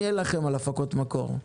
אני אלחם על הפקות מקור,